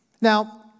Now